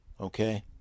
Okay